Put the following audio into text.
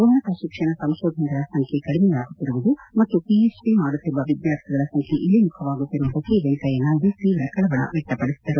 ಉನ್ನತ ಶಿಕ್ಷಣ ಸಂಕೋಧನೆಗಳ ಸಂಖ್ಯೆ ಕಡಿಮೆಯಾಗುತ್ತಿರುವುದು ಮತ್ತು ಪಿಹೆಚ್ಡಿ ಮಾಡುತ್ತಿರುವ ವಿದ್ಯಾರ್ಥಿಗಳ ಸಂಖ್ಯೆ ಇಳಿಮುಖವಾಗುತ್ತಿರುವುದಕ್ಷೆ ವೆಂಕಯ್ಯನಾಯ್ದು ತೀವ್ರ ಕಳವಳ ವ್ಯಕ್ಷಪಡಿಸಿದರು